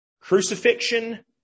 crucifixion